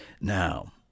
Now